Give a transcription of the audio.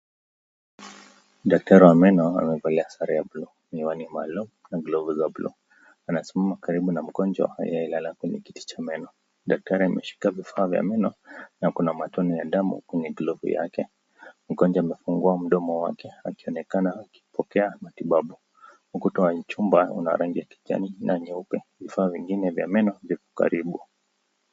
Dakitari wa meno amevalia sare ya bluu, miwani maalumu na glovu za bluu, amesimama karibu na mgonjwa aliyelala kwenye kiti cha meno. Dakitari ameshika vifaa vya meno na kuna matone ya damu kwenye glovu yake . Mgonjwa amefungua mdomo wake akionekana akipokea matibabu. Ukuta wa jumba una rangi ya kijani na nyeupe, vifaa vingine vya meno viko karibu.